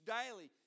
daily